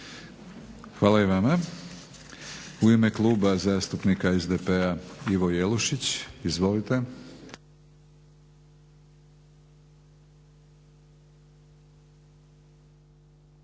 Hvala i vama. U ime Kluba zastupnika SDP-a Ivo Jelušić. Izvolite.